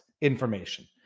information